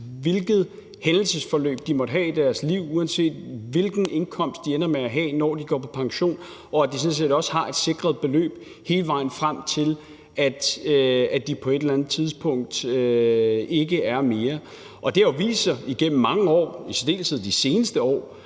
hvilket hændelsesforløb de måtte have i deres liv; uanset hvilken indkomst de ender med at have, når de går på pension – og at de sådan set også har et sikret beløb hele vejen frem til, at de på et eller andet tidspunkt ikke er mere. Det har jo vist sig igennem mange år, i særdeleshed de seneste år,